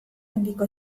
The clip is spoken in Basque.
handiko